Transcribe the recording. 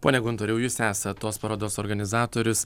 pone guntoriau jūs esat tos parodos organizatorius